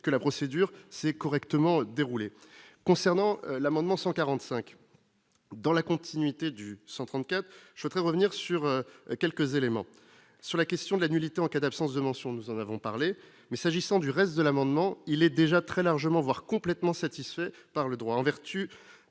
que la procédure s'est correctement déroulé concernant l'amendement 145. Dans la continuité du 134 je voudrais revenir sur quelques éléments sur la question de la nullité en cas d'absence de mention, nous en avons parlé mais s'agissant du reste de l'amendement, il est déjà très largement, voire complètement satisfait par le droit, en vertu